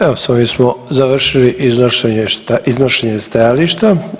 Evo s ovim smo završili iznošenje stajališta.